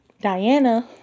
Diana